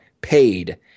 paid